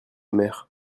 mère